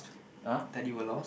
!huh!